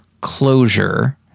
closure